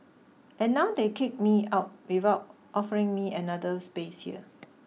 and now they kick me out without offering me another space here